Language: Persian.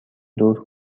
دور